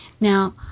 Now